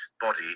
body